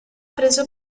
preso